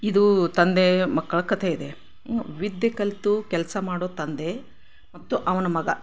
ಇದು ತಂದೆ ಮಕ್ಕಳ ಕಥೆ ಇದೆ ವಿದ್ಯೆ ಕಲಿತು ಕೆಲಸ ಮಾಡುವ ತಂದೆ ಮತ್ತು ಅವನ ಮಗ